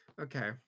Okay